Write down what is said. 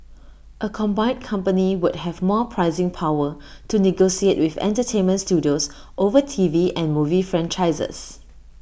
A combined company would have more pricing power to negotiate with entertainment studios over T V and movie franchises